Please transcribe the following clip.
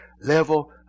level